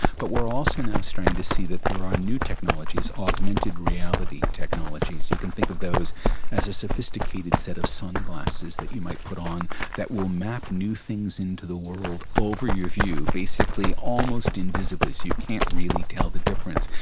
but we are also now starting to see that there are new technologies, augmented reality technologies, you can think of those as a sophisticated set of sunglasses that you might put on that will map new things into the world over your view, basically almost invisibly, so you can't really tell the difference,